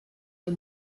der